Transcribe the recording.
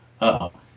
uh-oh